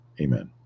Amen